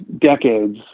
decades